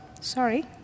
Sorry